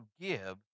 give